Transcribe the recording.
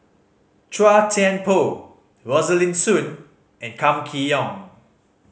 Chua Thian Poh Rosaline Soon and Kam Kee Yong